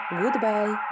goodbye